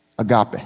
agape